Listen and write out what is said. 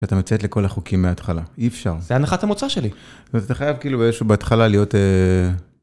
אתה מציית לכל החוקים מההתחלה, אי אפשר. זה הנחת המוצא שלי. זאת אומרת, אתה חייב כאילו באיזשהו בהתחלה להיות...